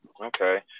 Okay